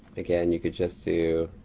again, you could just do,